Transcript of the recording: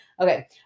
okay